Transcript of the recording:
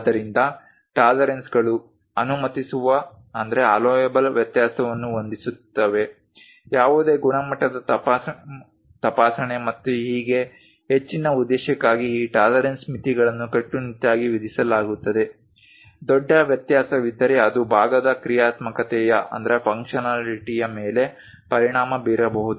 ಆದ್ದರಿಂದ ಟಾಲರೆನ್ಸ್ಗಳು ಅನುಮತಿಸುವ ವ್ಯತ್ಯಾಸವನ್ನು ಹೊಂದಿಸುತ್ತವೆ ಯಾವುದೇ ಗುಣಮಟ್ಟದ ತಪಾಸಣೆ ಮತ್ತು ಹೀಗೆ ಹೆಚ್ಚಿನ ಉದ್ದೇಶಕ್ಕಾಗಿ ಈ ಟಾಲರೆನ್ಸ್ ಮಿತಿಗಳನ್ನು ಕಟ್ಟುನಿಟ್ಟಾಗಿ ವಿಧಿಸಲಾಗುತ್ತದೆ ದೊಡ್ಡ ವ್ಯತ್ಯಾಸವಿದ್ದರೆ ಅದು ಭಾಗದ ಕ್ರಿಯಾತ್ಮಕತೆಯ ಮೇಲೆ ಪರಿಣಾಮ ಬೀರಬಹುದು